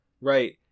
right